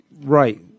Right